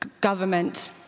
government